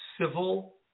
civil